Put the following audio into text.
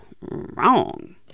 wrong